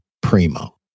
Primo